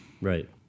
Right